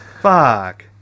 Fuck